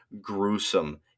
gruesome